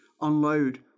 unload